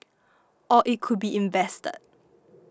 or it could be invested